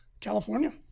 California